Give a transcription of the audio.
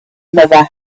mother